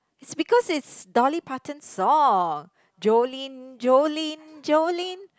is because it's Dolly-Parton song Jolene Jolene Jolene